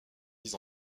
mis